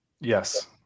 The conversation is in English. Yes